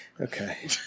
Okay